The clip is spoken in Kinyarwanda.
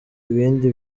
ibindi